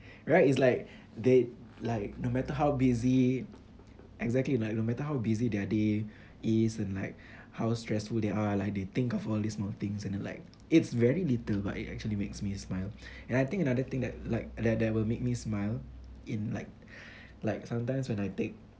right it's like they like no matter how busy exactly like no matter how busy their day is and like how stressful they are like they think of all these small things and then like it's very little but it actually makes me smile and I think another thing that like that that will make me smile in like like sometimes when I take